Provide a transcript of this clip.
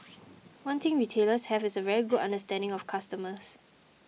one thing retailers have is a very good understanding of customers